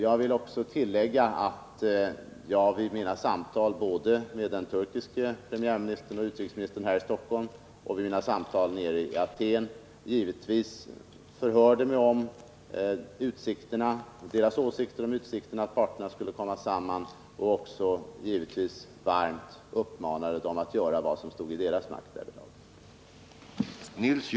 Jag vill tillägga att jag både vid mina samtal med Turkiets premiärminister och utrikesminister här i Stockholm och vid mina samtal nere i Aten givetvis förhörde mig om deras åsikter om utsikterna till att parterna skulle komma samman och varmt uppmanade dem att göra vad som stod i deras makt därvidlag.